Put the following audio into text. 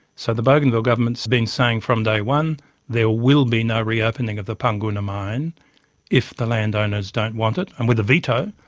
so the bougainville government's been saying from day one there will be no reopening of the panguna mine if the landowners don't want it. and with the veto,